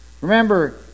Remember